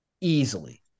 easily